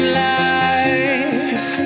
life